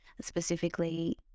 specifically